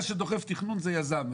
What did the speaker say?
מה שדוחף תכנון זה יזם.